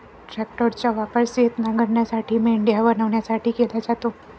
ट्रॅक्टरचा वापर शेत नांगरण्यासाठी, मेंढ्या बनवण्यासाठी केला जातो